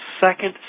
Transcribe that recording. second